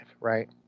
right